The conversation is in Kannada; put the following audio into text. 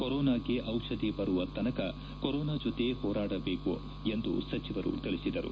ಕೊರೋನಗೆ ದಿಷಧಿ ಬರುವ ತನಕ ಕೊರೊನಾ ಜತೆ ಹೋರಾಡಲೇಬೇಕು ಎಂದು ಸಚಿವರು ತಿಳಿಸಿದರು